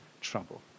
trouble